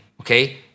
okay